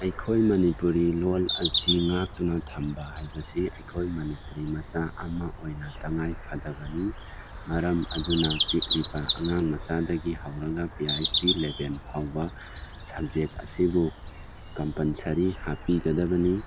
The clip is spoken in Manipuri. ꯑꯩꯈꯣꯏ ꯃꯅꯨꯄꯨꯔꯤ ꯂꯣꯜ ꯑꯁꯤ ꯉꯥꯛꯇꯨꯅ ꯊꯝꯕ ꯍꯥꯏꯕꯁꯤ ꯑꯩꯈꯣꯏ ꯃꯅꯤꯄꯨꯔꯤ ꯃꯆꯥ ꯑꯃ ꯑꯣꯏꯅ ꯇꯪꯉꯥꯏ ꯐꯥꯗꯕꯅꯤ ꯃꯔꯝ ꯑꯗꯨꯅ ꯄꯤꯛꯂꯤꯕ ꯑꯉꯥꯡ ꯃꯆꯥꯗꯒꯤ ꯍꯧꯔꯒ P H D level ꯐꯥꯎꯕ ꯁꯕꯖꯦꯛ ꯑꯁꯤꯕꯨ ꯀꯝꯄꯜꯁꯔꯤ ꯍꯥꯞꯄꯤꯒꯗꯕꯅꯤ